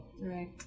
Right